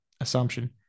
assumption